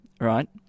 right